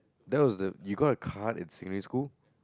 that was the you got a card in secondary school